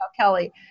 Kelly